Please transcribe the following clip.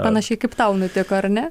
panašiai kaip tau nutiko ar ne